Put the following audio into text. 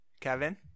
Kevin